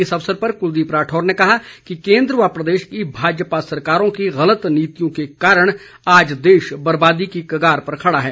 इस अवसर पर कुलदीप राठौर ने कहा कि केंद्र व प्रदेश की भाजपा सरकार की गलत नीतियों के कारण आज देश बर्बादी की कगार पर खड़ा है